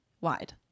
wide